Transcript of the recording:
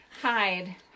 hide